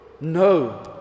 No